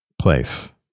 place